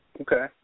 Okay